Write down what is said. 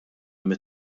mit